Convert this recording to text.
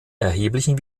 erheblichen